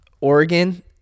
Oregon